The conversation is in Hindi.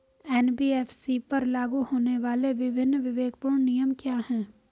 एन.बी.एफ.सी पर लागू होने वाले विभिन्न विवेकपूर्ण नियम क्या हैं?